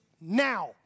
now